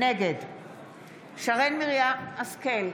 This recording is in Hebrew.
נגד שרן מרים השכל,